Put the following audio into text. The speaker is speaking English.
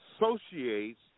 associates